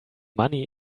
money